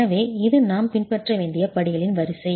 எனவே இது நாம் பின்பற்ற வேண்டிய படிகளின் வரிசை